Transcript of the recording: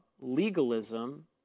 legalism